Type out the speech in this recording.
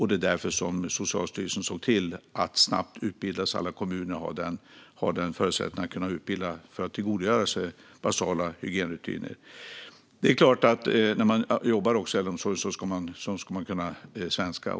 Det är därför Socialstyrelsen såg till att snabbt utbilda så att alla kommuner i sin tur kan utbilda i basala hygienrutiner. Det är klart att den som jobbar i äldreomsorgen ska kunna svenska.